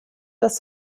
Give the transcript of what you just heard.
dass